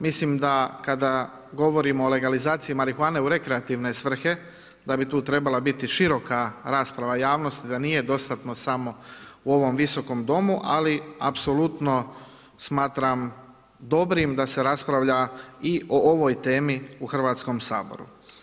Mislim da kada govorimo o legalizaciji marihuane u rekreativne svrhe, da bi tu trebala biti široka rasprava javnosti da nije do sada samo u ovom visokom domu, ali apsolutno smatram dobrim da se raspravlja i o ovoj temi u Hrvatskom saboru.